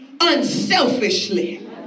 unselfishly